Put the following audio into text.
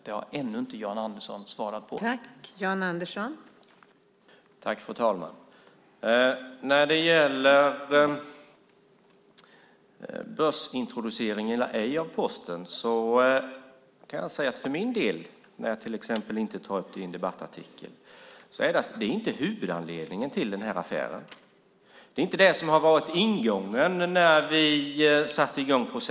Det har Jan Andersson ännu inte svarat på.